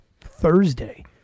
Thursday